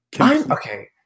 Okay